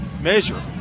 measure